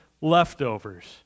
leftovers